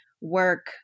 work